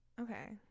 Okay